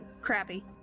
crappy